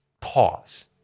pause